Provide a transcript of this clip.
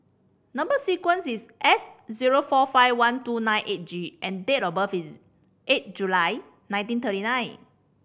number sequence is S zero four five one two nine eight G and date of birth is eight July nineteen thirty nine